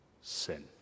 sin